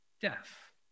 death